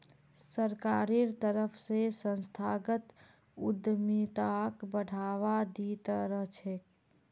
सरकारेर तरफ स संस्थागत उद्यमिताक बढ़ावा दी त रह छेक